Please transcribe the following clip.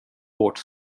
vårt